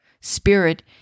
Spirit